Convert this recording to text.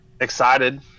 excited